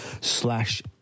slash